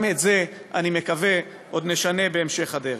גם את זה, אני מקווה, עוד נשנה בהמשך הדרך.